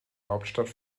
hauptstadt